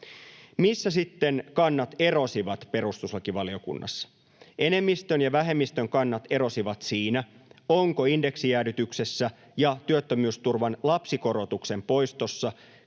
Missä sitten kannat erosivat perustuslakivaliokunnassa? Enemmistön ja vähemmistön kannat erosivat siinä, onko indeksijäädytyksessä ja työttömyysturvan lapsikorotuksen poistossa